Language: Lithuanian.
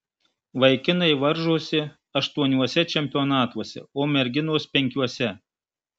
vaikinai varžosi aštuoniuose čempionatuose o merginos penkiuose